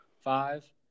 Five